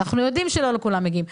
אנחנו יודעים שלא כולם מגיעים.